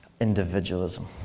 individualism